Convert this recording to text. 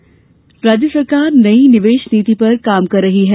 निवेश नीति राज्य सरकार नई निवेश नीति पर काम कर रही है